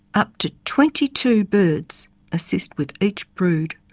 up to twenty two birds assist with each brood.